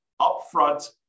upfront